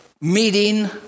Meeting